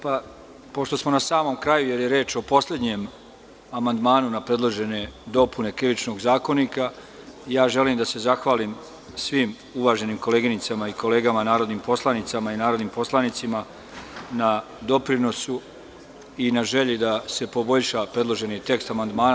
Pošto smo na samom kraju, jer je reč o poslednjem amandmanu na predložene dopune Krivičnog zakonika, želim da se zahvalim svim uvaženim koleginicama i kolegama, narodnim poslanicama i narodnim poslanicima, na doprinosu i na želji da se poboljša predloženi tekst amandmana.